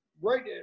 right